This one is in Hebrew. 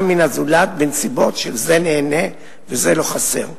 מן הזולת בנסיבות של 'זה נהנה וזה לא חסר'."